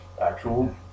actual